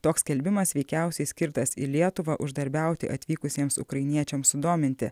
toks skelbimas veikiausiai skirtas į lietuvą uždarbiauti atvykusiems ukrainiečiams sudominti